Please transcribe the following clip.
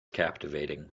captivating